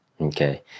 okay